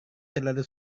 terlalu